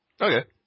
Okay